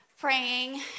praying